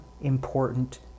important